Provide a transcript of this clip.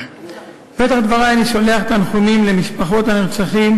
בפתח דברי אני שולח תנחומים למשפחות הנרצחים